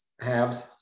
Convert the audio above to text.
halves